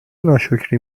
ناشکری